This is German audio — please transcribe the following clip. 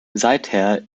seither